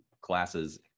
classes